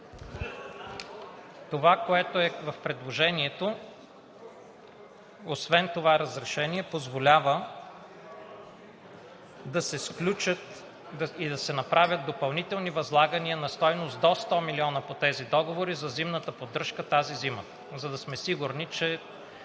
Това, което е в предложението, освен това разрешение, позволява да се сключат и да се направят допълнителни възлагания на стойност до 100 милиона по тези договори за зимната поддръжка тази зима, за да сме сигурни,